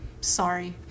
Sorry